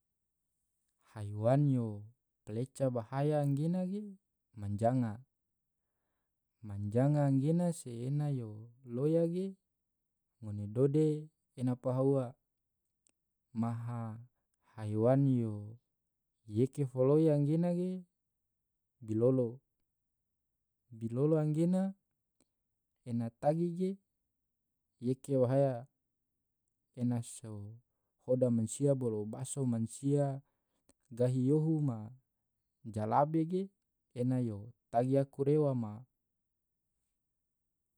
haiwan yo paleca bahaya gena ge manjanga, manjanga angena se ena yo loya ge ngone dode ena paha ua, maha haiwan yo yake foloi anggena ge bilolo, bilolo angena ena tagi ge yake bahaya, ena so hoda mansia bolo baso mansia gahi yohu ma jalabe ge ena yo tagi aku rewa ma.